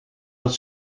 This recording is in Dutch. dat